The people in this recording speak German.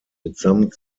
mitsamt